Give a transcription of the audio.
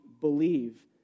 believe